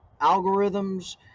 algorithms